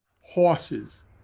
horses